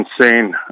insane